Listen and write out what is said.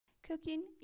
Cooking